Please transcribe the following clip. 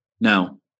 Now